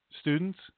students